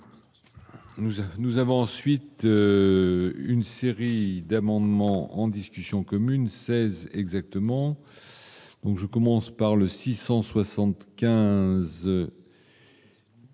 nous avons ensuite une série d'amendements en discussion commune 16 exactement. Donc, je commence par le 675.